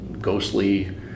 Ghostly